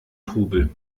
trubel